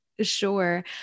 sure